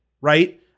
right